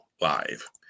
live